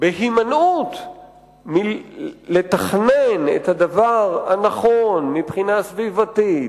בהימנעות מלתכנן את הדבר הנכון מבחינה סביבתית,